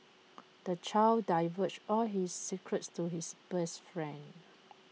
the child divulged all his secrets to his best friend